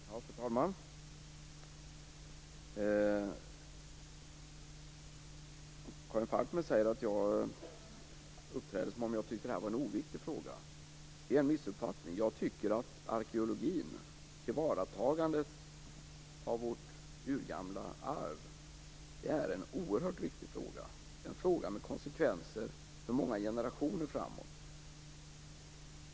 Fru talman! Karin Falkmer säger att jag uppträder som om jag tycker att det här är en oviktig fråga. Det är en missuppfattning. Jag tycker att arkeologin, tillvaratagandet av vårt urgamla arv, är en oerhört viktig fråga. Det är en fråga med konsekvenser för många generationer framåt.